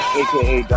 aka